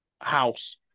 house